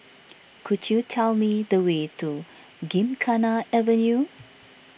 could you tell me the way to Gymkhana Avenue